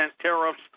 tariffs